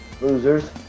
losers